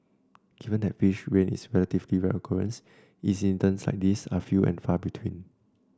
given that fish rain is a relatively rare occurrence incidents like these are few and far between